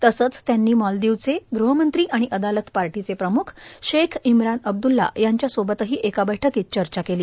तसंच त्यांनी मालदीवचे गहमंत्री आणि अदालथ पार्टीचे प्रम्ख शेख इम्रान अब्दुल्ला यांच्या सोबत एका बैठकीत चर्चा केली